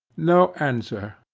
no answer.